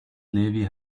levy